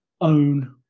own